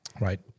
Right